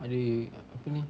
ada apa ni